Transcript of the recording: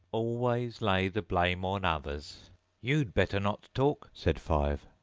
always lay the blame on others you'd better not talk said five.